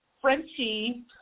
Frenchie